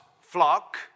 flock